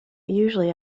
usually